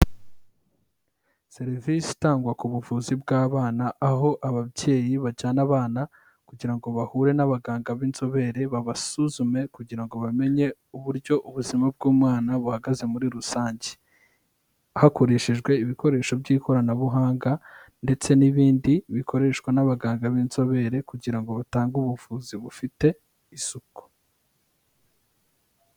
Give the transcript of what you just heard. Serivisi itangwa ku buvuzi bw'abana, aho ababyeyi bajyana abana kugira ngo bahure n'abaganga b'inzobere babasuzume, kugira ngo bamenye uburyo ubuzima bw'umwana buhagaze muri rusange; hakoreshejwe ibikoresho by'ikoranabuhanga ndetse n'ibindi bikoreshwa n'abaganga b'inzobere, kugira ngo batange ubuvuzi bufite isuku.